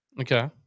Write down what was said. Okay